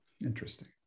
Interesting